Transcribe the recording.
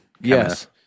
Yes